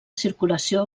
circulació